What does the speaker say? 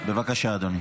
בבקשה, אדוני.